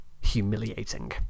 humiliating